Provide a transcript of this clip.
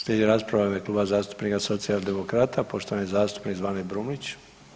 Slijedi rasprava u ime Kluba zastupnika socijaldemokrata poštovani zastupnik Zvane Brumnić.